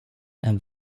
and